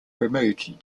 removed